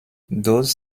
those